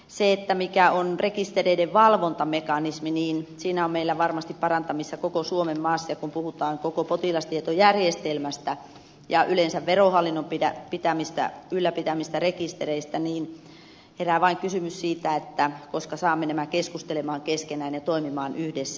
se mikä on rekistereiden valvontamekanismi siinä on meillä varmasti parantamista koko suomen maassa ja kun puhutaan koko potilastietojärjestelmästä ja yleensä verohallinnon ylläpitämistä rekistereistä niin herää vain kysymys siitä koska saamme nämä keskustelemaan keskenään ja toimimaan yhdessä